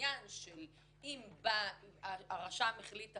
שאם הרשם החליט,